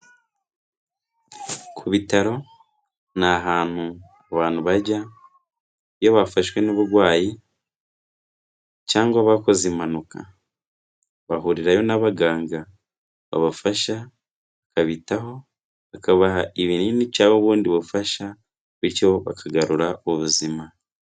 Ku bitaro ni ahantu abantu bajya iyo bafashwe n'uburwayi cyangwa bakoze impanuka, bahurirayo n'abaganga babafasha bakabitaho bakabaha ibinini cyangwa ubundi bufasha, bityo bakagarura ubuzima.